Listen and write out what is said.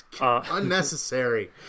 Unnecessary